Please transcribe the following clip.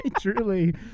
truly